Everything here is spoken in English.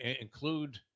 include